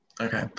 Okay